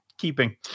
keeping